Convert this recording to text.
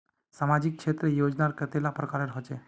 सामाजिक क्षेत्र योजनाएँ कतेला प्रकारेर होचे?